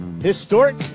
historic